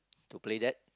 to play that